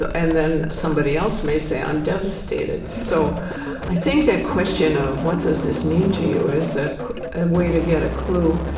and then somebody else may say, i'm devastated. so i think that question of, what does this mean to you? is ah a way to get a clue.